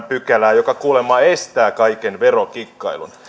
pykälää joka kuulemma estää kaiken verokikkailun